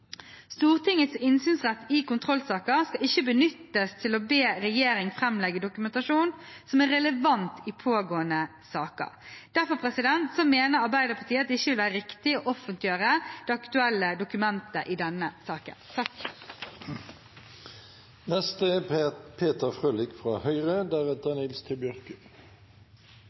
Stortingets innsynsrett i kontrollsaker skal ikke benyttes til å be regjeringen framlegge dokumentasjon som er relevant i pågående saker. Derfor mener Arbeiderpartiet at det ikke vil være riktig å offentliggjøre det aktuelle dokumentet i denne saken. Jeg skal være kort, men bare melde fra